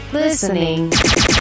listening